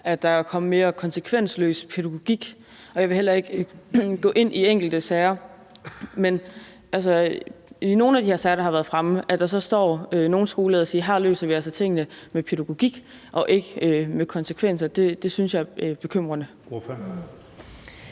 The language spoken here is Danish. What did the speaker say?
at der er kommet mere konsekvensløs pædagogik? Jeg vil ikke gå ind i enkelte sager, men i nogle af de sager, der har været fremme, står der nogle skoleledere og siger, at her løser vi altså tingene med pædagogik og ikke med konsekvens, og det synes jeg er bekymrende.